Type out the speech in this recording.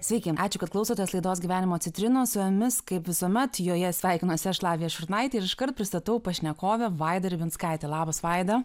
sveiki ačiū kad klausotės laidos gyvenimo citrinos su jumis kaip visuomet joje sveikinuosi aš lavija šurnaitė ir iškart pristatau pašnekovę vaida ribinskaitė labas vaida